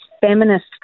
feminist